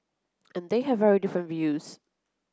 and they have very different views